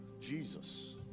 Jesus